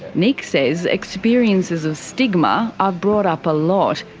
nic says experiences of stigma are brought up a lot,